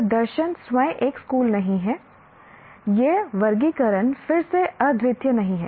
तो दर्शन स्वयं एक स्कूल नहीं है यह वर्गीकरण फिर से अद्वितीय नहीं है